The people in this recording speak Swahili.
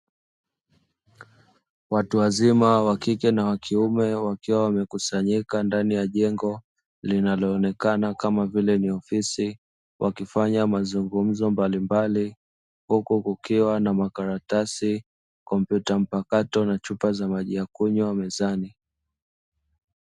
Watu wazima wa kike na wakiume, wakiwa wamekusanyika ndani ya jengo linaloonekana kama vile ni ofisi, wakifanya mazungumzo mbalimbali. Huku kukiwa na makaratasi, tarakilishi mpakato na chupa za maji ya kunywa mezani.